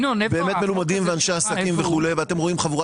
באמת מלומדים ואנשי עסקים וכו' ואתם רואים חבורה